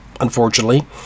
unfortunately